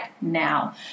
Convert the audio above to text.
now